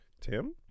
Tim